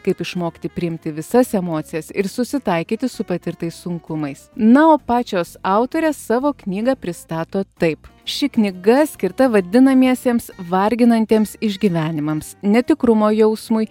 kaip išmokti priimti visas emocijas ir susitaikyti su patirtais sunkumais na o pačios autorės savo knygą pristato taip ši knyga skirta vadinamiesiems varginantiems išgyvenimams netikrumo jausmui